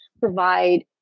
provide